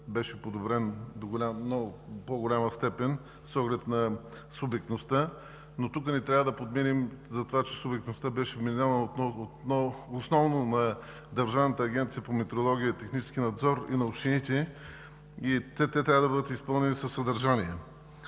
беше подобрен до голяма степен с оглед на субектността. Но тук не трябва да подминем това, че субектността беше вменена основно на Държавната агенция по метрология и метрологичен надзор и на общините и трябва да бъде изпълнена със съдържание.